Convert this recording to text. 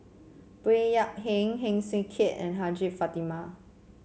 Baey Yam Keng Heng Swee Keat and Hajjah Fatimah